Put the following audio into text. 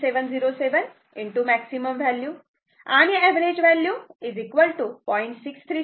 707 maximum value आणि average value 0